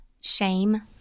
Shame